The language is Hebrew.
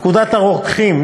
44. פקודת הרוקחים ,